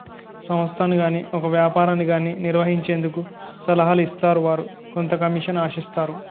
సంస్థను గాని ఒక వ్యాపారాన్ని గాని నిర్వహించేందుకు సలహాలు ఇస్తారు వారు కొంత కమిషన్ ఆశిస్తారు